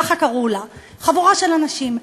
כך קראו לה, חבורה של אנשים.